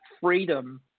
freedom